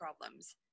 problems